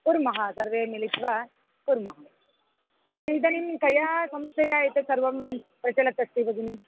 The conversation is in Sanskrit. कुर्मः सर्वे मिलित्वा कुर्मः इदानीं तया संस्थया एतत् सर्वं प्रचलत् अस्ति भगिनि